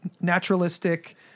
Naturalistic